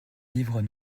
livres